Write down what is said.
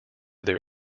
their